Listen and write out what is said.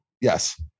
Yes